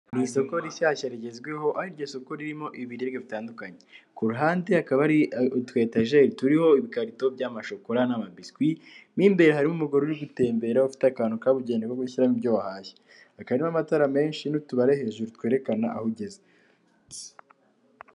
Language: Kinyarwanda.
Mu isoko rishyashya rigezweho aho iryo soko ririmo ibiribwa bitandukanye, ku ruhande hakaba hariho utu etajerie turiho ibikarito by'amashokora n'amabiswi, mo imbere harimo umugore uri gutembera ufite akantu kabugenewe uri gushyiramo ibyo yahashye, hakaba harimo amatara menshi n'utubare hejuru twerekana aho ugeze.